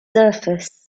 surface